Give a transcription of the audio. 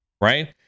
right